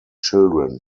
children